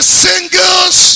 singles